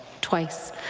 twice.